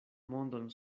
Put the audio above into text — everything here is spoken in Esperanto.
mondon